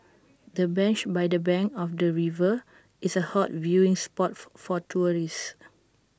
the bench by the bank of the river is A hot viewing spot for tourists